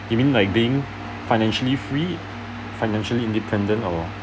you mean like being financially free financially independent or